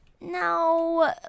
No